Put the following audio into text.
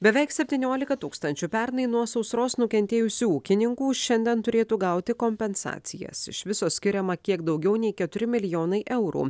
beveik septyniolika tūkstančių pernai nuo sausros nukentėjusių ūkininkų šiandien turėtų gauti kompensacijas iš viso skiriama kiek daugiau nei keturi milijonai eurų